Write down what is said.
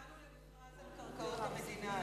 יצאנו למכרז על קרקעות המדינה,